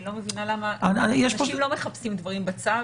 אני לא מבינה למה אנשים לא מחפשים דברים בצו.